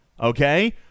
okay